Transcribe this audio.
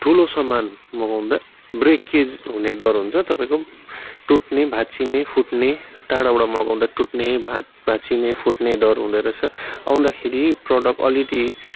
ठुलो सामान मगाउँदा ब्रेकेज हुने डर हुन्छ तपाईँको टुट्ने भाँचिने फुट्ने टाढोबाट मगाउँदा टुट्ने भाँ भाँचिने फुट्ने डर हुँदोरहेछ आउँदाखेरि प्रडक्ट अलिकति